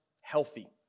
healthy